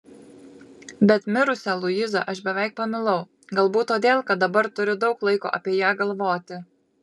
bet mirusią luizą aš beveik pamilau galbūt todėl kad dabar turiu daug laiko apie ją galvoti